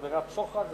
עבירת שוחד,